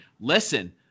Listen